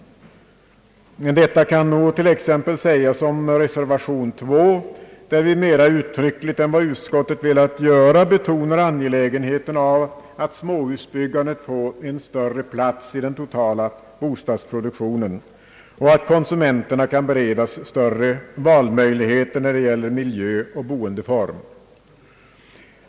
Detta kan nog till exempel sägas om reservation 2, där vi mera uttryckligt än vad utskottet velat göra betonar angelägenheten av att småhusbyggandet får en större plats i den totala bostadsproduktionen och att konsumenterna kan beredas större valmöjligheter när det gäller miljöoch boendeform.